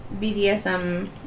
BDSM